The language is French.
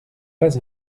pas